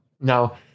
now